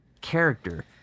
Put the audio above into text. character